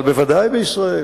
אבל בוודאי בישראל,